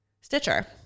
Stitcher